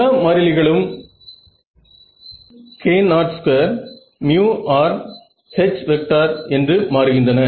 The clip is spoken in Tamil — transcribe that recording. எல்லா மாறிலிகளும் k02rH என்று மாறுகின்றன